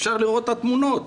אפשר לראות את התמונות.